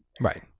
Right